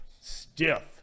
stiff